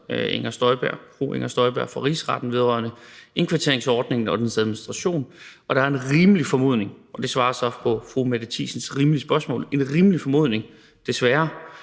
minister Inger Støjberg for Rigsretten vedrørende indkvarteringsordningen og dens administration, og der er en rimelig formodning om« – og det svarer så på fru Mette Thiesens rimelige spørgsmål – »at Rigsretten« – desværre